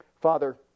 Father